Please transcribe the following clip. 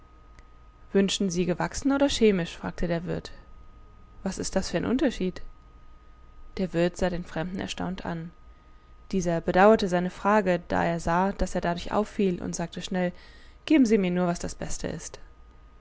wünschen sie gewachsen oder chemisch fragte der wirt was ist das für ein unterschied der wirt sah den fremden erstaunt an dieser bedauerte seine frage da er sah daß er dadurch auffiel und sagte schnell geben sie mir nur was das beste ist